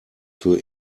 für